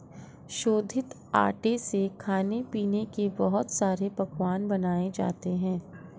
शोधित आटे से खाने पीने के बहुत सारे पकवान बनाये जाते है